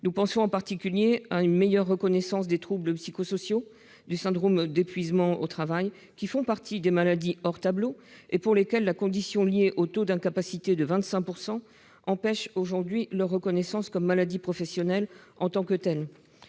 Nous pensons en particulier à une meilleure reconnaissance des troubles psychosociaux et du syndrome d'épuisement au travail, qui font partie des maladies hors tableau et que la condition du taux d'incapacité de 25 % empêche aujourd'hui de reconnaître comme maladies professionnelles en tant que telles.